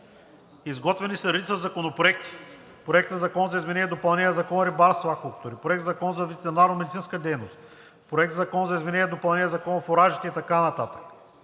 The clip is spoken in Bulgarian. Изготвени са редица законопроекти: Проект на закон за изменение и допълнение на Закона за рибарството и аквакултурите, Проект на закон за ветеринарномедицинска дейност, Проект на закон за изменение и допълнение на Закона за фуражите и така нататък.